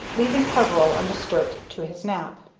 leaving peveril undisturbed to his nap.